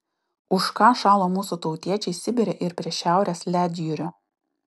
už ką šalo mūsų tautiečiai sibire ir prie šiaurės ledjūrio